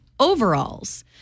overalls